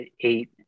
eight